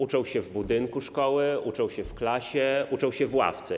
Uczą się w budynku szkoły, uczą się w klasie, uczą się w ławce.